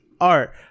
art